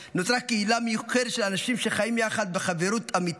"נוצרה קהילה מיוחדת של אנשים שחיים יחד בחברות אמיתית,